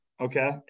Okay